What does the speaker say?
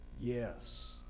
Yes